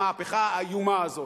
המהפכה האיומה הזאת.